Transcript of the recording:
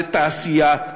לתעשייה,